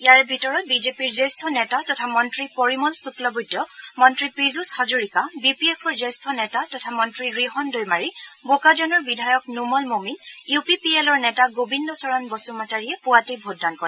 ইয়াৰে ভিতৰত বিজেপিৰ জ্যেষ্ঠ নেতা তথা মন্ত্ৰী পৰিমল শুক্লবৈদ্য মন্ত্ৰী পীযুষ হাজৰিকা বিপিএফৰ জ্যেষ্ঠ নেতা তথা মন্ত্ৰী ৰিহন দৈমাৰী বোকাজানৰ বিধায়ক Numal Momin U P P এলৰ নেতা গোবিন্দচৰণ বসুমতাৰীয়ে পুৱাতেই ভোটদান কৰে